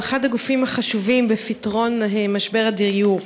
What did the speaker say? הוא אחד הגופים החשובים בפתרון משבר הדיור.